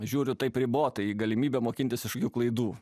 žiūriu taip ribotai į galimybę mokintis iš jų klaidų